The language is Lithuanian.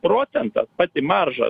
procentas pati marža